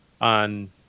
on